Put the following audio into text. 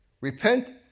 repent